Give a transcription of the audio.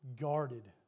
guarded